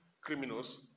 criminals